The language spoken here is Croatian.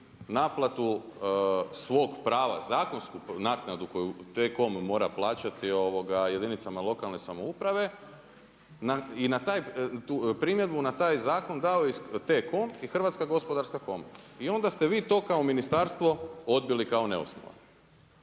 naplatu svog prava zakonsku naknadu koju T-Com mora plaćati jedinicama lokalne samouprave i primjedbu na taj zakon dao je T-Com i HGK. I onda ste vi to kao ministarstvo odbili kao neosnovano